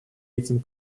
этим